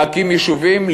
להקים יישובים,